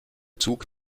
zug